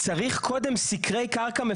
בעקבות ההערות שלכם כבר הייתה לנו ישיבה,